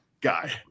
guy